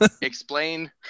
Explain